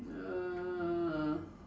uh